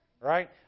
Right